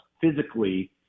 physically –